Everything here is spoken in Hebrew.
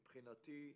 מבחינתי,